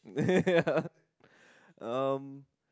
yeah um